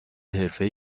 حرفه